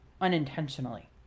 unintentionally